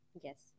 Yes